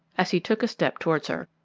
as he took a step towards her.